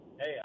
Hey